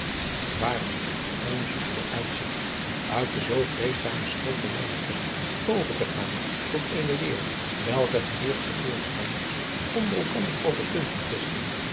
waarlijk een zoet vooruitzigt uit den zoo adriaan loosjes pzn het leven van hillegonda buisman vreedzamen schoot van mijne kerk over te gaan tot eene leer welker geleerdste voorstanders onder elkander over punten twisten